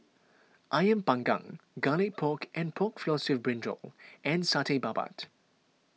Ayam Panggang Garlic Pork and Pork Floss with Brinjal and Satay Babat